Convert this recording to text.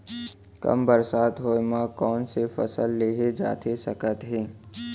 कम बरसात होए मा कौन से फसल लेहे जाथे सकत हे?